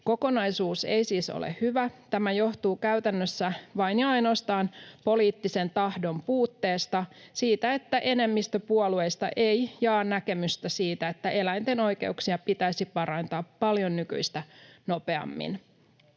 Kokonaisuus ei siis ole hyvä. Tämä johtuu käytännössä vain ja ainoastaan poliittisen tahdon puutteesta, siitä, että enemmistö puolueista ei jaa näkemystä siitä, että eläinten oikeuksia pitäisi parantaa paljon nykyistä nopeammin.